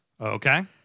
Okay